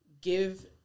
give